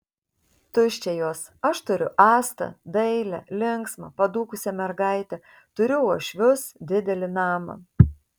tuščia jos aš turiu astą dailią linksmą padūkusią mergaitę turiu uošvius didelį namą